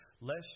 lest